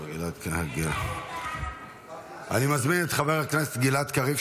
אני מזמין את חבר הכנסת גלעד קריב,